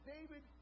David